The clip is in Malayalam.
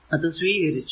അത് സ്വീകരിച്ചു